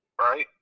right